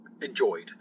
Enjoyed